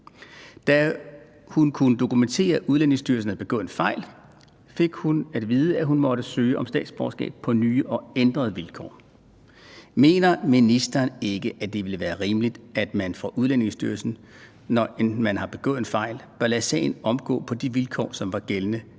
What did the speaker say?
Da hun kunne dokumentere, at Udlændingestyrelsen havde begået en fejl, fik hun at vide, at hun måtte søge om statsborgerskab på nye og ændrede vilkår. Mener ministeren ikke, at det ville være rimeligt, at man fra Udlændingestyrelsens side, når man har begået en fejl, bør lade sagen omgå på de vilkår, som var gældende,